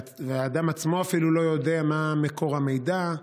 והאדם עצמו אפילו לא יודע מה מקור המידע,